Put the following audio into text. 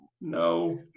no